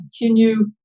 continue